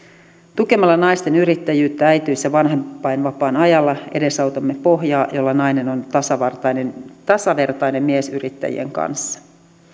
tukemalla naisten yrittäjyyttä äitiys ja vanhempainvapaan ajalla edesautamme pohjaa jolla nainen on tasavertainen tasavertainen miesyrittäjien kanssa